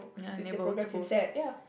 with their programmes in sat ya